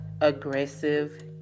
aggressive